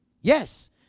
Yes